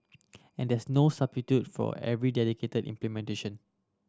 and there's no for very dedicated implementation